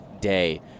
day